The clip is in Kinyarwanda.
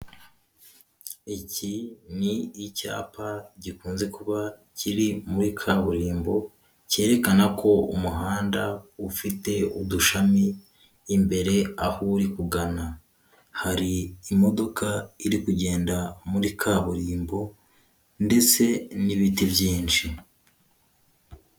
Iki ni icyapa gikunze kuba kiri muri kaburimbo cyerekana ko umuhanda ufite udushami imbere aho uri kugana hari imodoka iri kugenda muri kaburimbo ndetse n'ibiti byinshi.